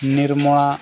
Nirmala